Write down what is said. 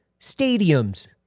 stadiums